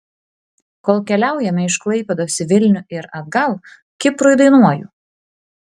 kol keliaujame iš klaipėdos į vilnių ir atgal kiprui dainuoju